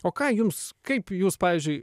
o ką jums kaip jūs pavyzdžiui